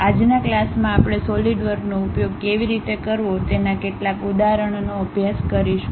આજના ક્લાસમાં આપણે સોલિડવર્કનો ઉપયોગ કેવી રીતે કરવો તેના કેટલાક ઉદાહરણોનો અભ્યાસ કરીશું